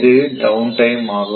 இது down time ஆகும்